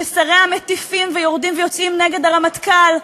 ששריה מטיפים ויורדים ויוצאים נגד הרמטכ"ל,